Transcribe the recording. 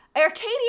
Arcadia